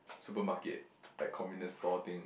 supermarket like convenient store thing